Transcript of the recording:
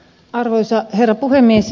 arvoisa herra puhemies